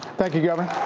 thank you, governor.